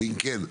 אם כן,